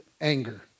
anger